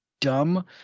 dumb